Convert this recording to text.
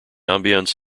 ambience